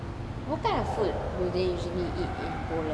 what kind of food do they usually eat in poland